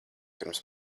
pirms